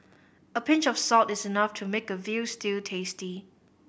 a pinch of salt is enough to make a veal stew tasty